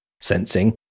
sensing